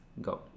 go